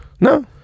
No